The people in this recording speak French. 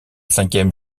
cinquième